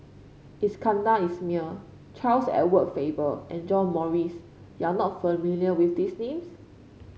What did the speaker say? Iskandar Ismail Charles Edward Faber and John Morrice you are not familiar with these names